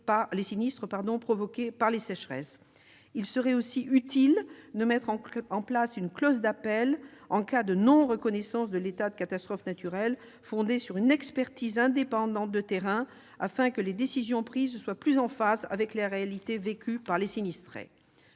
provoqués par les sécheresses. Il serait également utile de mettre en place une clause d'appel, en cas de non-reconnaissance de l'état de catastrophe naturelle, fondée sur une expertise indépendante de terrain, afin que les décisions prises soient plus en phase avec la réalité vécue par les sinistrés.